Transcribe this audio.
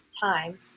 time